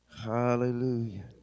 Hallelujah